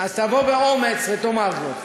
אז תבוא באומץ ותאמר זאת.